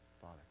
Father